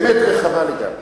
באמת רחבה לגמרי.